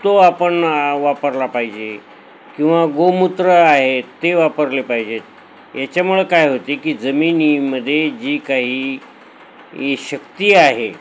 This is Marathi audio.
तो आपण वापरला पाहिजे किंवा गोमूत्र आहे ते वापरले पाहिजेत याच्यामुळे काय होते की जमिनीमध्ये जी काही शक्ती आहे